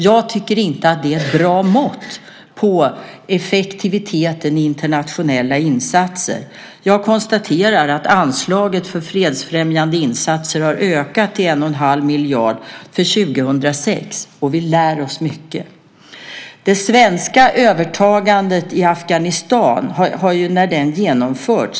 Jag tycker inte att det är ett bra mått på effektiviteten i internationella insatser. Jag konstaterar att anslaget för fredsfrämjande insatser har ökat till 1 1⁄2 miljard för 2006, och vi lär oss mycket. Det svenska övertagandet i Afghanistan har genomförts.